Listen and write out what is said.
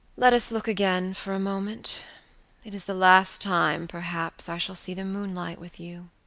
let us look again for a moment it is the last time, perhaps, i shall see the moonlight with you.